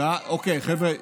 זה הכול בלוף.